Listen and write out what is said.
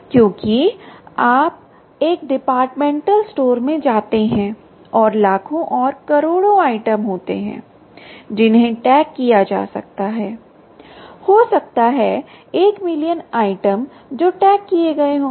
क्योंकि आप एक डिपार्टमेंटल स्टोर में जाते हैं और लाखों और करोड़ों आइटम होते हैं जिन्हें टैग किया जाता है हो सकता है एक मिलियन आइटम जो टैग किए गए हों